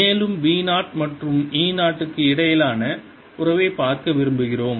மேலும் B 0 மற்றும் E 0 க்கு இடையிலான உறவைப் பார்க்க விரும்புகிறோம்